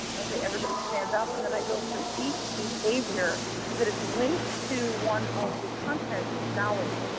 i say, everybody stand up, and and i go through each behavior that is linked to one of the content knowledge.